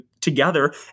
together